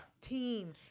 team